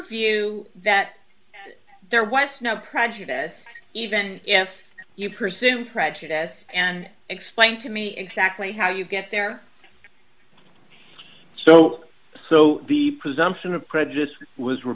view that there was no prejudice even if you presume prejudice and explain to me exactly how you get there so so the presumption of prejudice was